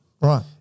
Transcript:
Right